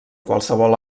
qualsevol